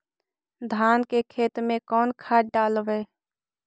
धान के खेत में कौन खाद डालबै?